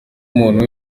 umuntu